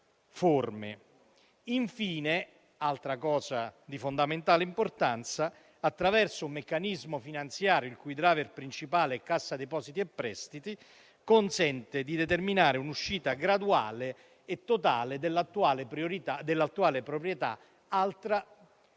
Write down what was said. attraverso un meccanismo finanziario il cui *driver* principale è Cassa depositi e prestiti, consente di determinare un'uscita graduale e totale dell'attuale proprietà (altra priorità